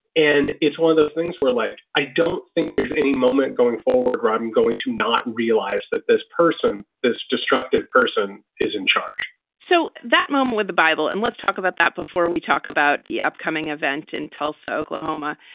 and it's one of those things where, like, i don't think there's any moment going forward. right. i'm going to not realize that this person, this destructive person is in charge so that moment with the bible and let's talk about that before we talk about the upcoming event in tulsa, oklahoma.